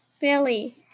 Billy